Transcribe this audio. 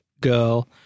girl